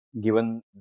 given